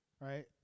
right